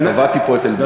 תבעתי פה את עלבונו.